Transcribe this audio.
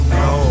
no